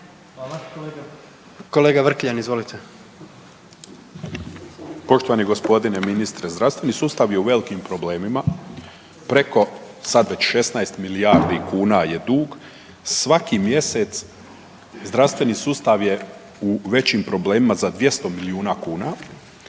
**Vrkljan, Milan (Nezavisni)** Poštovani gospodine ministre, zdravstveni sustav je u velikim problemima, preko sad već 16 milijardi kuna je dug. Svaki mjesec zdravstveni sustav je u većim problemima za 200 miliona kuna.